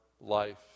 life